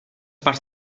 parts